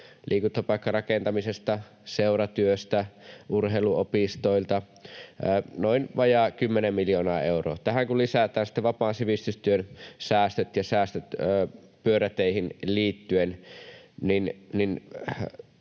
liikuntapaikkarakentamisesta, seuratyöstä, urheiluopistoilta, vajaat kymmenen miljoonaa euroa. Tähän kun lisätään sitten vapaan sivistystyön säästöt ja säästöt pyöräteihin liittyen, niin